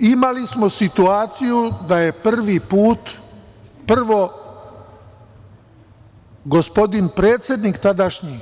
Imali smo situaciju da je prvi put, prvo gospodin predsednik tadašnji,